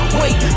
wait